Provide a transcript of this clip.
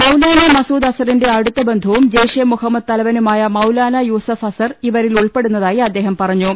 മൌലാന മസൂദ് അസറിന്റെ അടുത്ത ബന്ധുവും ജയ്ഷെ മുഹമ്മദ് തലവനുമായ മൌലാന യൂസഫ് അസർ ഇവരിൽ ഉൾപ്പെടുന്നതായി അദ്ദേഹം പറഞ്ഞു